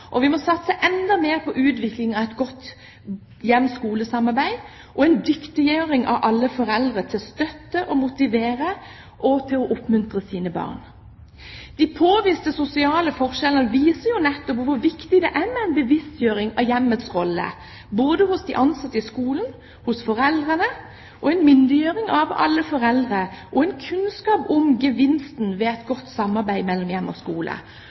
og vi må satse enda mer på utvikling av et godt hjem–skole-samarbeid og en dyktiggjøring av alle foreldre til å støtte, motivere og oppmuntre sine barn. De påviste sosiale forskjellene viser nettopp hvor viktig det er med en bevisstgjøring av hjemmets rolle både hos ansatte i skolen og hos foreldrene. En myndiggjøring av alle foreldre og kunnskap om gevinsten ved et godt samarbeid mellom hjem og skole